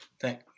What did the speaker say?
Thank